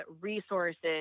resources